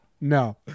No